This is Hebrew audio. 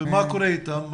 ומה קורה איתן?